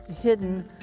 hidden